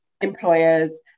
employers